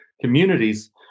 communities